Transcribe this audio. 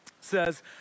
says